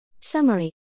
Summary